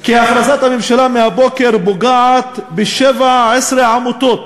כי הכרזת הממשלה מהבוקר פוגעת ב-17 עמותות